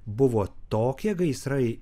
buvo tokie gaisrai